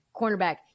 cornerback